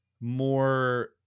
more